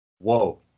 Whoa